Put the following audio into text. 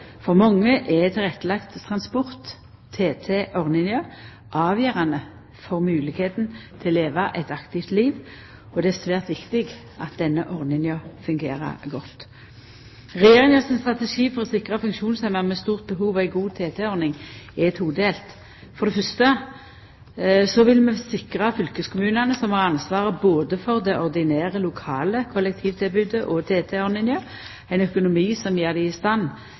For mange er tilrettelagd transport, TT-ordninga, avgjerande for moglegheita til å leva eit aktivt liv, og det er svært viktig at denne ordninga fungerer godt. Regjeringa sin strategi for å sikra funksjonshemma med stort behov ei god TT-ordning er todelt. For det fyrste vil vi sikra fylkeskommunane, som har ansvaret både for det ordinære lokale kollektivtilbodet og TT-ordninga, ein økonomi som gjer dei i stand